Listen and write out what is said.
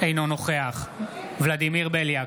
אינו נוכח ולדימיר בליאק,